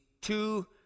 two